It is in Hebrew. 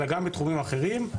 אלא גם בתחומים אחרים,